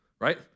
right